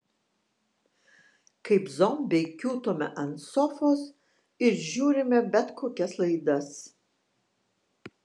kaip zombiai kiūtome ant sofos ir žiūrime bet kokias laidas